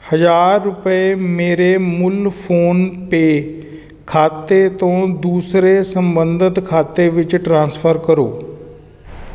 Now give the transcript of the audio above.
ਹਜ਼ਾਰ ਰੁਪਏ ਮੇਰੇ ਮੂਲ ਫੋਨਪੇ ਖਾਤੇ ਤੋਂ ਦੂਸਰੇ ਸੰਬੰਧਿਤ ਖਾਤੇ ਵਿੱਚ ਟ੍ਰਾਂਸਫਰ ਕਰੋ